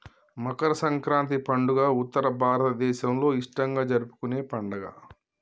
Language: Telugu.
మకర సంక్రాతి పండుగ ఉత్తర భారతదేసంలో ఇష్టంగా జరుపుకునే పండుగ